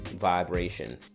vibration